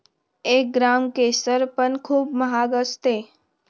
एक ग्राम केशर पण खूप महाग असते